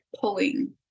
pulling